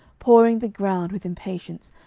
pawing the ground with impatience,